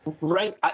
Right